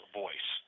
voice